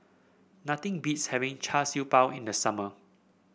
nothing beats having Char Siew Bao in the summer